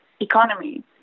economy